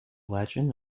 legend